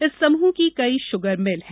इस समूह की कई शुगरमिल हैं